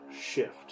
shift